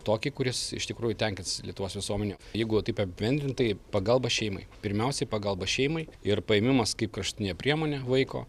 tokį kuris iš tikrųjų tenkins lietuvos visuomenę jeigu taip apibendrintai pagalba šeimai pirmiausiai pagalba šeimai ir paėmimas kaip kraštutinė priemonė vaiko